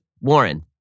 Warren